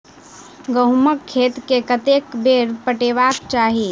गहुंमक खेत केँ कतेक बेर पटेबाक चाहि?